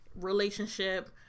relationship